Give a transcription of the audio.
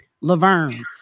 Laverne